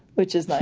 which is nice,